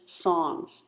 songs